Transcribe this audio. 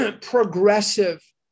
progressive